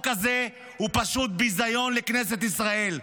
הזה הוא פשוט ביזיון לכנסת ישראל,